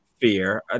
fear